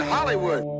Hollywood